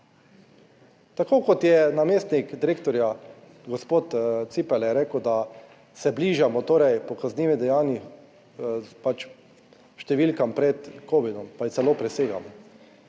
Tako kot je namestnik direktorja gospod Ciperle rekel, da se bližamo torej po kaznivih dejanjih pač številkam, pred covidom pa je celo presegamo.